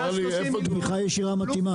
תמיכה ישירה מתאימה.